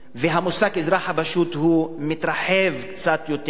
והמושג "האזרח הפשוט" מתרחב קצת יותר: